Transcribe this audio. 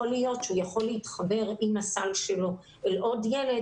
יכול להיות שהוא יכול להתחבר עם הסל שלו אל עוד ילד